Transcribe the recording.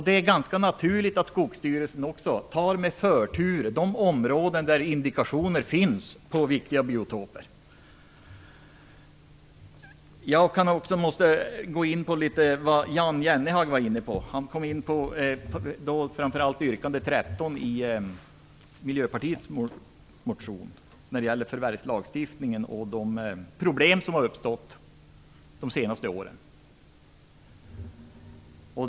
Det är ganska naturligt att Skogsstyrelsen ger de områden förtur där indikationer på viktiga biotoper finns. Jag vill också kommentera det som Jan Jennehag var inne på. Han talade framför allt om yrkande 13 i Miljöpartiets motion när det gäller förvärvslagstiftningen och de problem som har uppstått under de senaste åren.